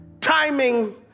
timing